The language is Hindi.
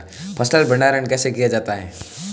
फ़सल भंडारण कैसे किया जाता है?